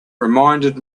reminded